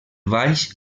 valls